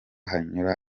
hanyura